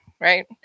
right